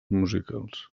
musicals